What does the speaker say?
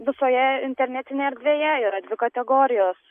visoje internetinėje erdvėje yra dvi kategorijos